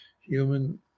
human